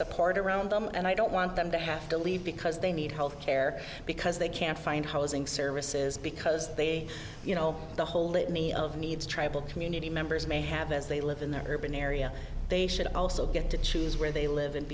support around them and i don't want them to have to leave because they need health care because they can't find housing services because they you know the whole litany of needs tribal community members may have as they live in the urban area they should also get to choose where they live and